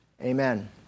Amen